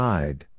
Side